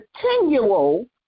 continual